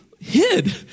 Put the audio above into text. hid